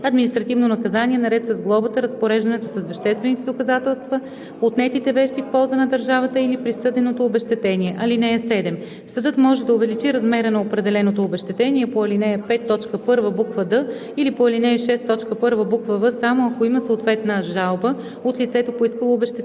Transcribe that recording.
административно наказание, наред с глобата, разпореждането с веществените доказателства, отнетите вещи в полза на държавата или присъденото обезщетение. (7) Съдът може да увеличи размера на определеното обезщетение по ал. 5, т. 1, буква „д“ или по ал. 6, т. 1, буква „в“ само ако има съответна жалба от лицето, поискало обезщетение.